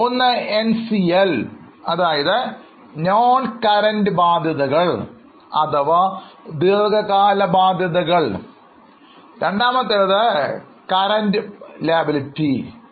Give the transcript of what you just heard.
ഒന്ന് NCL അതായത് non current ബാധ്യതകൾ അഥവാ ദീർഘകാല ബാധ്യതകൾ രണ്ടാമത്തേത് Current ബാധ്യതകൾ